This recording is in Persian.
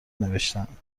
نوشتهام